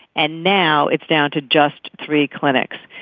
and now it's down to just three clinics.